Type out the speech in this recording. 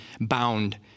bound